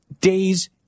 Days